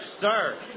sir